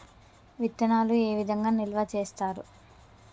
విత్తనాలు ఏ విధంగా నిల్వ చేస్తారు?